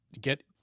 get